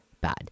bad